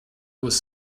was